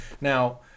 Now